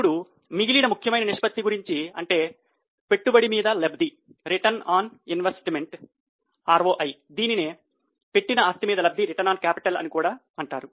ఇప్పుడు మిగిలిన ముఖ్యమైన నిష్పత్తి గురించి అంటే పెట్టుబడి మొత్తంమీద లబ్ది అంటారు